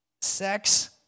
sex